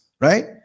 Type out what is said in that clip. right